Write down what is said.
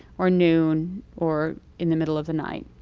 or noon, or in the middle of the night.